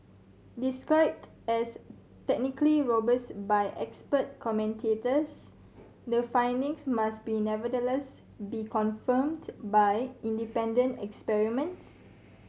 described as technically robust by expert commentators the findings must be nevertheless be confirmed by independent experiments